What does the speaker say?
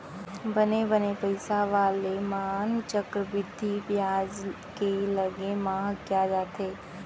बने बने पइसा वाले मन चक्रबृद्धि बियाज के लगे म हकिया जाथें